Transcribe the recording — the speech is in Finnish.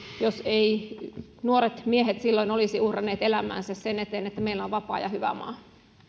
jos eivät nuoret miehet silloin olisi uhranneet elämäänsä sen eteen että meillä on vapaa ja hyvä maa